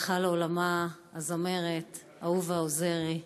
הלכה לעולמה הזמרת אהובה עוזרי.